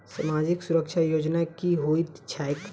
सामाजिक सुरक्षा योजना की होइत छैक?